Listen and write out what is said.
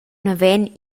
naven